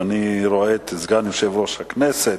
אני רואה את סגן יושב-ראש הכנסת,